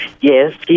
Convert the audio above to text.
Yes